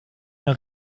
mehr